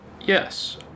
Yes